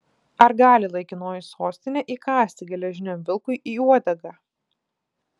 ar gali laikinoji sostinė įkąsti geležiniam vilkui į uodegą